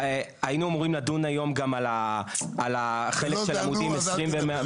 היינו אמורים לדון היום גם על החלק של עמודים --- לא דנו אז אל תדבר.